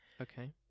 Okay